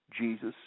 Jesus